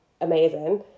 amazing